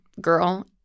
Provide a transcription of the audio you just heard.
girl